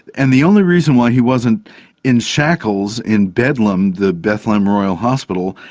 and the only reason why he wasn't in shackles in bedlam, the bethlem royal hospital,